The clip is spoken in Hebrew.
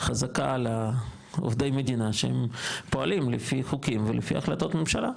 חזקה על עובדי המדינה שהם פועלים לפי חוקים ולפי החלטות ממשלה.